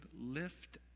lift